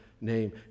name